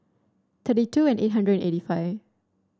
thirty two and eight hundred eighty five